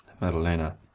Madalena